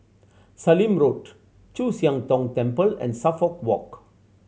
Sallim Road Chu Siang Tong Temple and Suffolk Walk